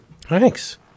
Thanks